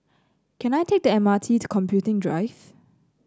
can I take the M R T to Computing Drive